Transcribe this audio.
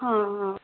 हा आं